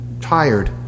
tired